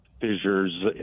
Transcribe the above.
fissures